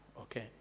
okay